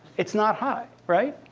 it's not high, right?